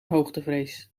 hoogtevrees